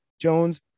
Jones